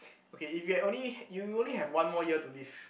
okay if you have only you only have one more year to live